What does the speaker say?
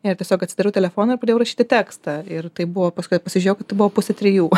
ir tiesiog atsidariau telefoną ir pradėjau rašyti tekstą ir tai buvo paskui pasižiūrėjau kad tai buvo pusė trijų